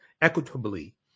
equitably